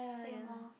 same orh